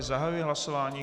Zahajuji hlasování.